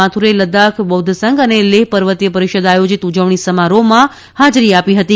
માથુરે લદ્દાખ બૌદ્ધ સંઘ અને લેહ પર્વતીય પરિષદ આયોજીત ઉજવણી સમારોહમાં હાજરી આપી હતી